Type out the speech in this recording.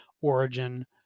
origin